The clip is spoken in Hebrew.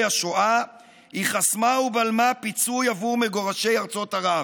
השואה היא חסמה ובלמה פיצוי עבור מגורשי ארצות ערב.